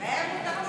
לענות לה.